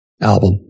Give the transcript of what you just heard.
album